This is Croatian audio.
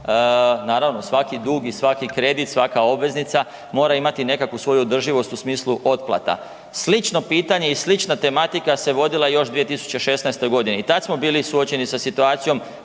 naravno svaki dugi i svaki kredit, svaka obveznica mora imati nekakvu svoju održivost u smislu otplata. Slično pitanje i slična tematika se vodila još 2016. godine i tad smo bili suočeni sa situacijom,